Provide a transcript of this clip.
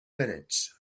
minutes